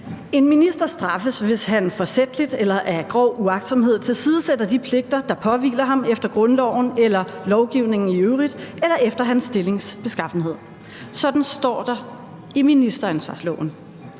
En minister straffes, hvis han forsætligt eller af grov uagtsomhed tilsidesætter de pligter, der påhviler ham efter grundloven eller lovgivningen i øvrigt eller efter hans stillings beskaffenhed. Sådan står der i ministeransvarsloven,